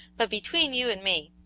but between you and me,